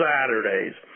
Saturdays